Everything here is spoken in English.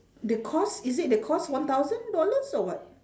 the cost is it the cost one thousand dollars or what